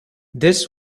this